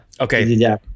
Okay